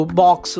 box